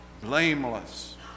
blameless